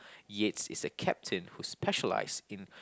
Yates is a captain who specialize in